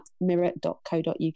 mirror.co.uk